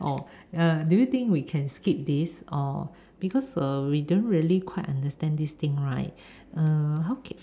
oh err do you think we can skip this or because err we don't really quite understand this thing right err how can